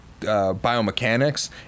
biomechanics